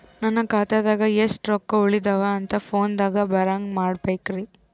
ನನ್ನ ಖಾತಾದಾಗ ಎಷ್ಟ ರೊಕ್ಕ ಉಳದಾವ ಅಂತ ಫೋನ ದಾಗ ಬರಂಗ ಮಾಡ ಬೇಕ್ರಾ?